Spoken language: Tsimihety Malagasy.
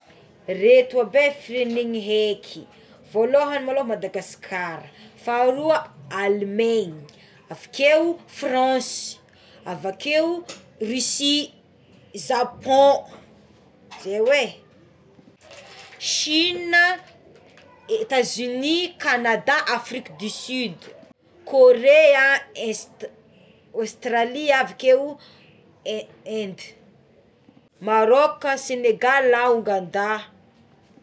Ireto aby é firenena eky voalohagny aloha Madagasikara, faharoa Alimagny, avekeo a France, Russie, Japon oé, China, Etats Unis, Kanada, Afrika du Sud, Korea e, Aostralia, avakeo Indy, Maroka, Senegale, Ongada.